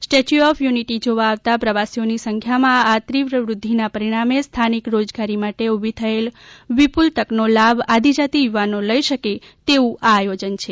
statue of Unity જોવા આવતા પ્રવાસીઓની સંખ્યામાં આ તીવ્ર વૃધ્ધિ ના પરિણામે સ્થાનિક રોજગારી માટે ઊભી થયેલ વિપુલ તક નો લાભ આદિજાતી યુવાનો લઈ શકે તેવું આ આયોજન છે